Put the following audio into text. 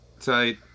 tight